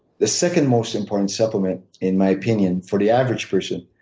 the second most important supplement, in my opinion for the average person,